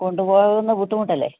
കൊണ്ട് പോവുന്നത് ബുദ്ധമുട്ടല്ലേ